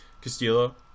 Castillo